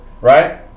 right